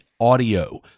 audio